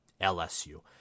LSU